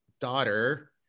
daughter